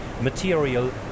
material